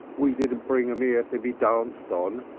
we didn't bring them ere to be danced on,